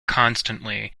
constantly